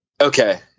okay